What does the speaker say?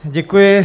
Děkuji.